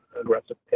aggressive